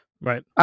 Right